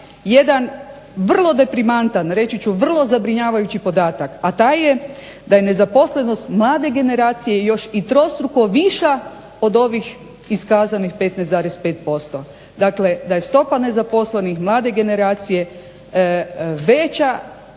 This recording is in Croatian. jedan vrlo deprimantan reći ću vrlo zabrinjavajući podatak, a taj je da je nezaposlenost mlade generacije još i trostruko viša od ovih iskazanih 15,5%, dakle da je stopa nezaposlenih mlade generacije veća